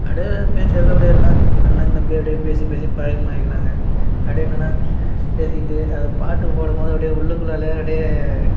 அப்படியே பேச்சு வாக்கில் அப்படியே எல்லாம் அண்ணன் தம்பி அப்படியே பேசி பேசி பழக்கமாயிக்கலாங்க அப்படியே என்னென்னா பேசிக்கிட்டு அது பாட்டு போடும் போது அப்படியே உள்ளுக்குள்ளாலே அப்படியே